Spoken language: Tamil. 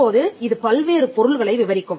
தற்போது இது பல்வேறு பொருள்களை விவரிக்கும்